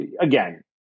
again